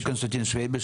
אני קונסטנטין שווביש,